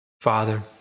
Father